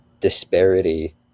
disparity